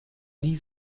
nie